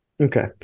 okay